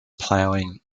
plowing